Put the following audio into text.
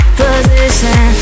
position